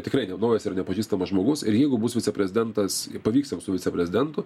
tikrai ne naujas ir nepažįstamas žmogus ir jeigu bus viceprezidentas pavyks jam su viceprezidentu